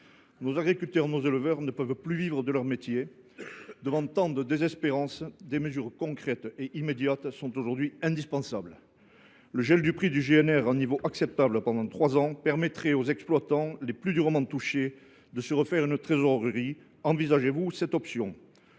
Nos agriculteurs et nos éleveurs ne peuvent plus vivre de leur métier. Devant tant de désespérance, des mesures concrètes et immédiates sont aujourd’hui indispensables. Le gel du prix du gazole non routier (GNR) à un niveau acceptable pendant trois ans permettrait aux exploitants les plus durement touchés de se refaire une trésorerie. Envisagez vous cette option ?